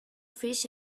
fish